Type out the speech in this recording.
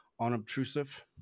unobtrusive